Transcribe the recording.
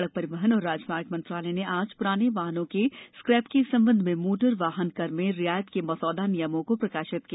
सड़क परिवहन और राजमार्ग मंत्रालय ने आज पुराने वाहन के स्क्रैप के इस संबंध में मोटर वाहन कर में रियायत के मसौदा नियमों को प्रकाशित किया